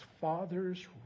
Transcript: father's